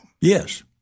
Yes